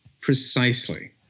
Precisely